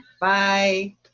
bye